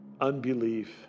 unbelief